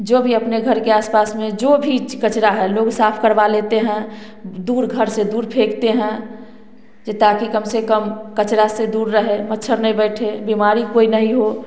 जो भी अपने घर के आस पास में जो भी कचरा हैं लोग साफ करवा लेते हैं दूर घर से दूर फेंकते हैं ताकि कम से कम कचरा से दूर रहे मच्छर नहीं बैठ बीमारी कोई नहीं हो